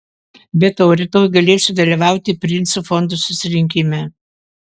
be to rytoj galėsiu dalyvauti princo fondo susirinkime